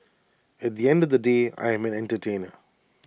at the end of they day I am an entertainer